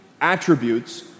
attributes